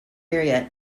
area